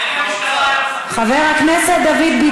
זה לא החוק הזה.